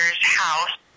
house